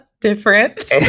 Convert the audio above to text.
different